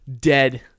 dead